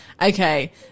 Okay